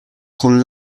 con